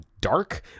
dark